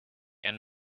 and